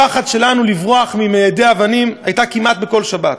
הפחד שלנו, לברוח ממיידי אבנים, היה כמעט בכל שבת.